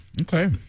okay